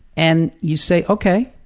and you say, okay.